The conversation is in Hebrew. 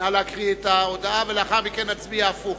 נא להקריא את ההודעה, ולאחר מכן נצביע הפוך: